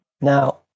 now